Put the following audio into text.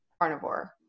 carnivore